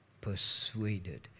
persuaded